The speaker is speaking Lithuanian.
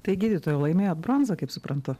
tai gydytojai laimėjo bronzą kaip suprantu